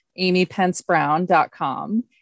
amypencebrown.com